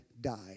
died